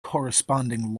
corresponding